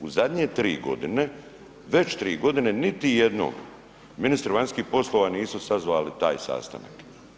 U zadnje 3 godine, već 3 godine niti jednom ministru vanjskih poslova nisu sazvali taj sastanak.